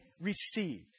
received